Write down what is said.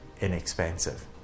inexpensive